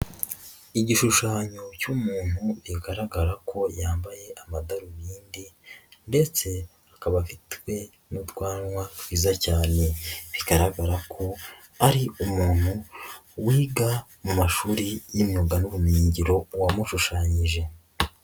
Igishushanyo cy'umuntu bigaragara ko yambaye amadarubindi ndetse akaba afite n'utwanwa twiza cyane, bigaragara ko ari umuntu wiga mu mashuri y'imyuga n'ubumenyingiro wamushushanyije.